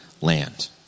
land